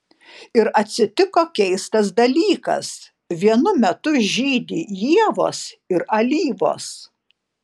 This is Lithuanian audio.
ir atsitiko keistas dalykas vienu metu žydi ievos ir alyvos